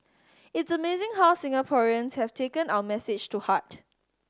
it's amazing how Singaporeans have taken our message to heart